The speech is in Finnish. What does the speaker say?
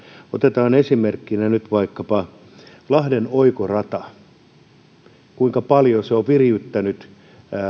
otetaan esimerkkinä nyt vaikkapa lahden oikorata niin pitäisi muistaa kuinka paljon se on vireyttänyt